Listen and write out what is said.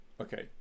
okay